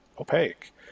opaque